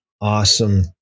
awesome